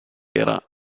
era